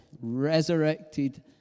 resurrected